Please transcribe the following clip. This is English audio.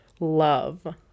love